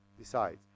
decides